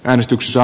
äänestyksissä